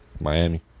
Miami